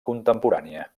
contemporània